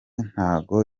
ntago